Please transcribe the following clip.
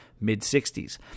mid-60s